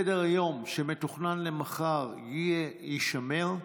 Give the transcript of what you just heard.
סדר-היום שמתוכנן למחר יישמר.